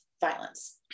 violence